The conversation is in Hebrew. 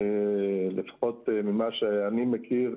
ולפחות ממה שאני מכיר,